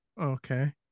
Okay